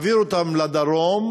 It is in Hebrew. והעבירה אותם לדרום,